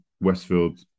Westfield